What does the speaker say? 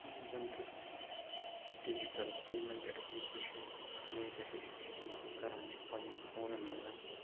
یِم زَن تہٕ ڈِجِٹَل پیمٮ۪نٛٹ اٮ۪پلِکیشَن وٕنۍنکٮ۪س أسۍ یہِ استعمال کَران چھِ پنٛنٮ۪ن فونَن منٛز